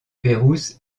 pérouse